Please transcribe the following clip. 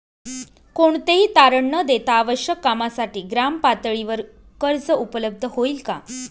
कोणतेही तारण न देता आवश्यक कामासाठी ग्रामपातळीवर कर्ज उपलब्ध होईल का?